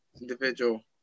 individual